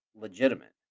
legitimate